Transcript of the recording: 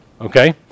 Okay